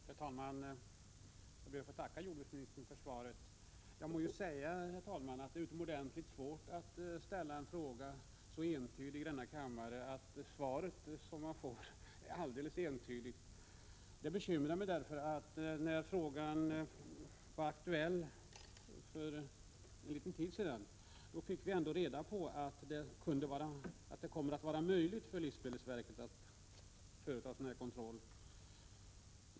Herr talman! Jag ber att få tacka jordbruksministern för svaret. Jag må säga att det är utomordentligt svårt att ställa en fråga så entydigt att det svar som man får är helt entydigt. När frågan var aktuell för en liten tid sedan fick vi reda på att det kommer att vara möjligt för livsmedelsverket att företa kontroller.